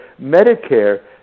Medicare